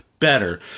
Better